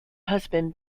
husband